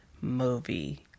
movie